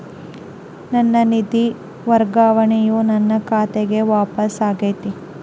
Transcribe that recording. ನನ್ನ ನಿಧಿ ವರ್ಗಾವಣೆಯು ನನ್ನ ಖಾತೆಗೆ ವಾಪಸ್ ಆಗೈತಿ